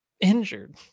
injured